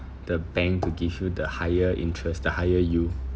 the bank to give you the higher interest the higher yield